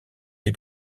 les